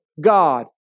God